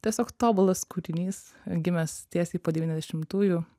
tiesiog tobulas kūrinys gimęs tiesiai po devyniasdešimtųjų